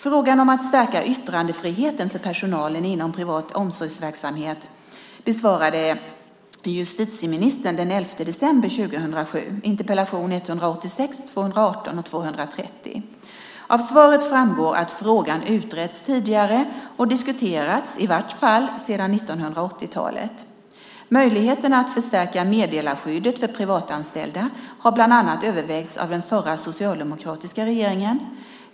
Frågan om att stärka yttrandefriheten för personalen inom privat omsorgsverksamhet besvarade justitieministern den 11 december 2007 i interpellation 186, 218 och 230. Av svaret framgår att frågan utretts tidigare och diskuterats i vart fall sedan 1980-talet. Möjligheterna att förstärka meddelarskyddet för privatanställda har bland annat övervägts av den förra socialdemokratiska regeringen.